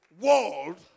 world